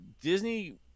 disney